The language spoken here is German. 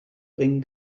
bringen